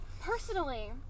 Personally